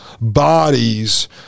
bodies